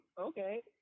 okay